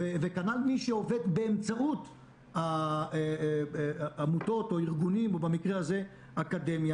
וכנ"ל מי שעובד באמצעות העמותות או הארגונים או במקרה הזה האקדמיה.